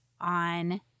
on